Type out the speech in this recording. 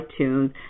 itunes